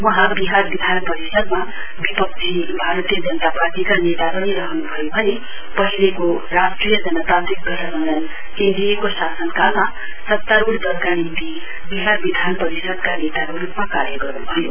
वहाँ विहार विधान परिषदमा विपक्षी बारतीय जनता पार्टीका नेता पनि रहनुभयो भने पहिलोको राष्ट्रिय जनतान्त्रिक गठवन्धन एनडिए को शासनकालमा सत्रारुढ़ दलका निम्ति विहार विधान परिषदका नेताको रुपमा कार्य गर्नुभयो